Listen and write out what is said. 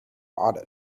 bought